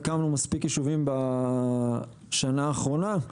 אנחנו הקמנו מספיק יישובים בשנה האחרונה,